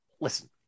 listen